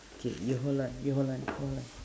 k you hold on you hold on hold on